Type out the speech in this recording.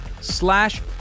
slash